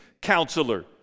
counselor